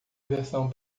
versão